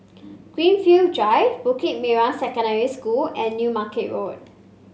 Greenfield Drive Bukit Merah Secondary School and New Market Road